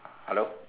hello